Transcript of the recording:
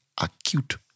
acute